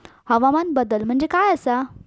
हवामान बदल म्हणजे काय आसा?